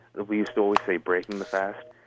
we used to always say breaking the fast.